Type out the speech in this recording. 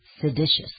seditious